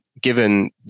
given